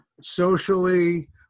socially